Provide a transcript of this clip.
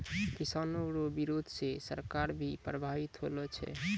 किसानो रो बिरोध से सरकार भी प्रभावित होलो छै